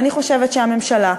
אני חושבת שהממשלה,